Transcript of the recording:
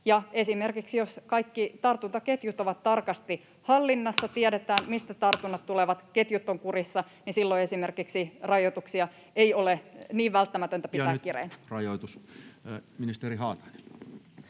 Esimerkiksi jos kaikki tartuntaketjut ovat tarkasti hallinnassa ja tiedetään, mistä tartunnat tulevat, ketjut ovat kurissa, niin silloin esimerkiksi rajoituksia ei ole niin välttämätöntä pitää kireinä. [Speech 33] Speaker: Toinen